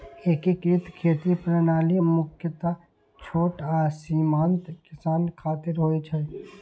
एकीकृत खेती प्रणाली मुख्यतः छोट आ सीमांत किसान खातिर होइ छै